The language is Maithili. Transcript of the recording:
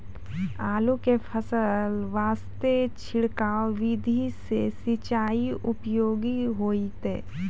आलू के फसल वास्ते छिड़काव विधि से सिंचाई उपयोगी होइतै?